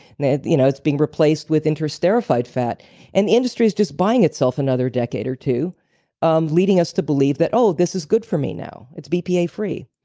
you know it's being replaced with interstratified fat and the industry is just buying itself another decade or two um leading us to believe that oh, this is good for me now. it's bpa free.